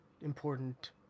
important